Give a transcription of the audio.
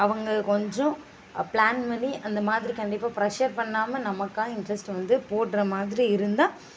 அவங்க கொஞ்சம் ப்ளான் பண்ணி அந்த மாதிரி கண்டிப்பாக ப்ரெஷர் பண்ணாமல் நமக்காக இண்ட்ரெஸ்ட் வந்து போடுற மாதிரி இருந்தால்